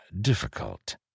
difficult